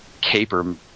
caper